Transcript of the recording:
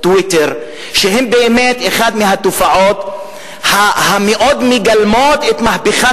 "טוויטר" שזו באמת אחת התופעות שמאוד מגלמות את מהפכת,